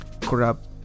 corrupt